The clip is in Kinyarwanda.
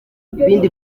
ibindi